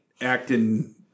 Acting